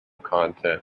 content